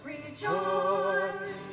Rejoice